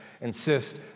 insist